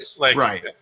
Right